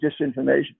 disinformation